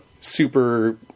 super